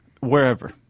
Wherever